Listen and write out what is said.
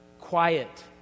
quiet